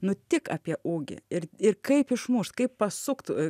nu tik apie ūgį ir ir kaip išmušt kaip pasukt